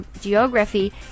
geography